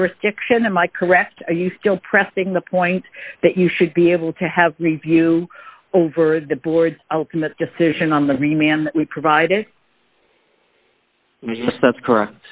jurisdiction am i correct are you still pressing the point that you should be able to have review over the board ultimate decision on the re man we provided that's correct